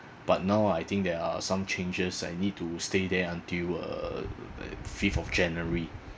but now I think there are some changes I need to stay there until uh fifth of january